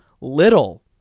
little